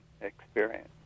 experience